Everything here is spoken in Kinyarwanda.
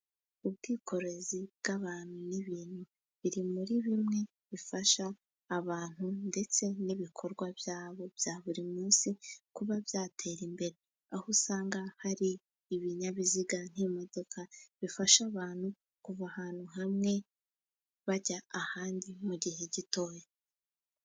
Ubwikorezi bw'abantu n'ibintu, biri muri bimwe bifasha abantu ndetse n'ibikorwa byabo bya buri munsi, kuba byatera imbere, aho usanga hari ibinyabiziga nk'imodoka bifasha abantu kuva ahantu hamwe bajya ahandi, mu gihe gitoya.